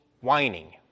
whining